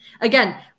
again